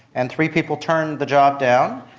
and three people turned the job down,